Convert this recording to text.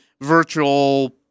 virtual